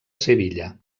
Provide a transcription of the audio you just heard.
sevilla